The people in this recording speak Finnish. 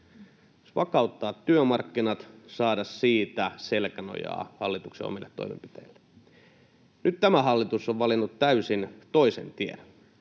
Jos vakauttaa työmarkkinat, saa siitä selkänojaa hallituksen omille toimenpiteille. Nyt tämä hallitus on valinnut täysin toisen tien.